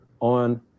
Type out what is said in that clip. on